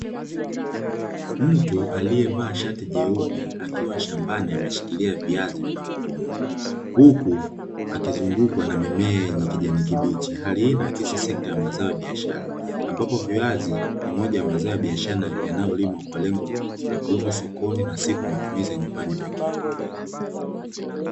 Mtu aliyevaa shati jeupe, akiwa shambani ameshikilia viazi vinavyovunwa, huku akizungukwa na mimea yenye kijani kibichi. Hali hii inaakisi sekta ya mazao ya biashara ambapo viazi ni moja ya mazao ya biashara yanayolimwa kwa lengo la kuuzwa sokoni, na sio kwa matumizi ya nyumbani pekee.